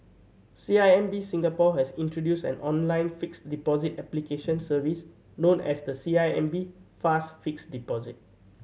C I M B Singapore has introduced an online fixed deposit application service known as the C I M B Fast Fixed Deposit